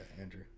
Andrew